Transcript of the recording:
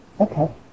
Okay